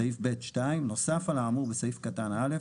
סעיף ב'2: "נוסף על האמור בסעיף קטן א',